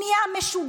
הוא נהיה משוגע.